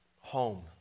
home